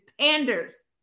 panders